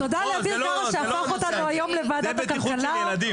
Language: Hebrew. תודה לאביר קארה שהפך אותנו היום לוועדת הכלכלה,